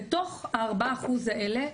בתוך ה־4% האלה,